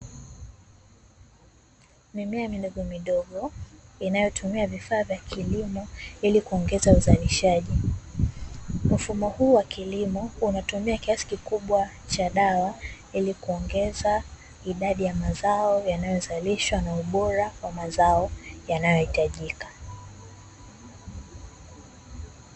Mimea midogo midogo inayotumia vifaa vya kilimo ili kuongeza uzalishaji. Mfumo huu wa kilimo, unatumia kiasi kikubwa cha dawa ili kuongeza idadi ya mazao yanaozalishwa na ubora wa mazao yanayohitajika.